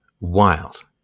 wild